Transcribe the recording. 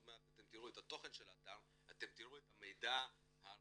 מעט תראו את תוכן האתר אתם תראו את המידע הרגיש